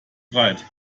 breit